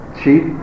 cheap